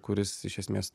kuris iš esmės